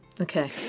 Okay